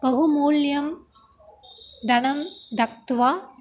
बहुमूल्यं धनं दत्वा